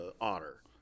Otter